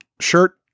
Shirt